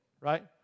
right